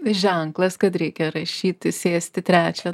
ženklas kad reikia rašyti sėsti trečią